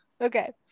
Okay